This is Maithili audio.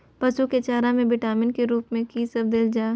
पशु के चारा में विटामिन के रूप में कि सब देल जा?